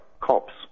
cops